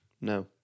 no